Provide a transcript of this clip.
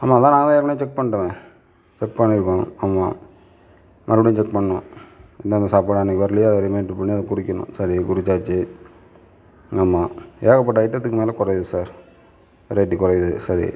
ஆமாம் அதான் நாங்கள் தான் ஏற்கனவே செக் பண்ணிடோமே செக் பண்ணியிருக்கோம் ஆமாம் மறுபடியும் செக் பண்ணனும் எந்தெந்த சாப்பாடு அன்னிக்கு வரலையோ அதை ரிமைண்டர் பண்ணி அதை குறிக்கணும் சரி குறித்தாச்சி ஆமாம் ஏகப்பட்ட ஐட்டத்துக்கு மேலே குறையிது சார் ரேட் குறையிது சரி